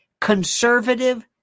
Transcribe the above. conservative